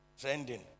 trending